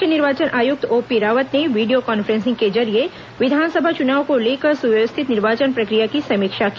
मुख्य निर्वाचन आयुक्त ओपी रावत ने वीडियो कान्फ्रेंसिंग के जरिए विधानसभा चुनाव को लेकर सुव्यवस्थित निर्वाचन प्रक्रिया की समीक्षा की